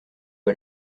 aux